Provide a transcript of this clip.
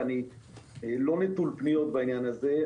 ואני לא נטול פניות בעניין הזה,